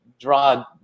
draw